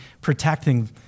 protecting